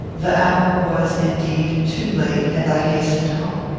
the hour was, indeed, too late, and i hastened home.